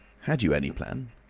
had you any plan?